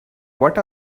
what